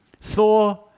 Thor